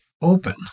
open